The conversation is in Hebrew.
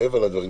מעבר לדבריך